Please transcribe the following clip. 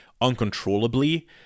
uncontrollably